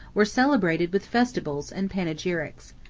were celebrated with festivals and panegyrics.